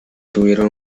tuvieron